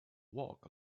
walk